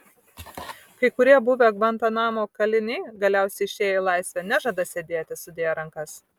kai kurie buvę gvantanamo kaliniai galiausiai išėję į laisvę nežada sėdėti sudėję rankas